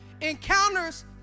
Encounters